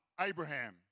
Abraham